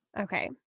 Okay